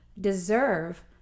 deserve